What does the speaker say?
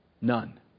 None